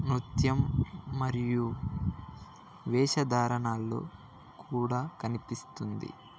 నృత్యం మరియు వేషధారణల్లో కూడా కనిపిస్తుంది